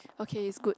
okay it's good